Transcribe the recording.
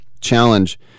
Challenge